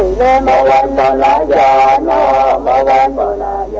ah la la la la la la la la la la